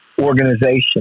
organization